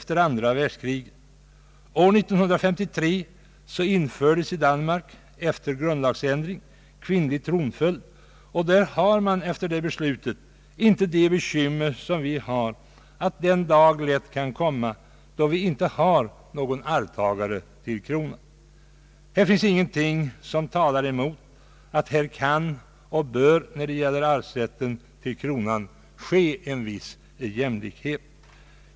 År 1953 infördes i Danmark efter grundlagsändring kvinnlig tronföljd, och där har man efter det beslutet inte det bekymmer som vi har — att den dag lätt kan komma då vi inte har någon arvtagare till kronan. Det finns ingenting som talar emot att det i fråga om arvsrätten till kronan kan och bör bli en viss jämlikhet.